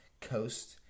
Coast